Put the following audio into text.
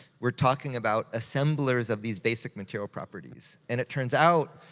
we're talking about assemblers of these basic material properties, and it turns out,